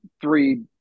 three